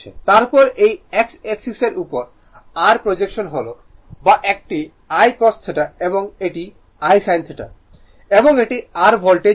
তারপরে এই X axis এর উপর r প্রোজেকশন হল I বা একটি I cos θ এবং এটি I sin θ এবং এটি r ভোল্টেজ V